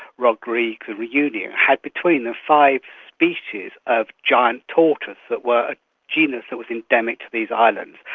rodrigues and reunion, had between them five species of giant tortoise that were a genus that was endemic to these islands.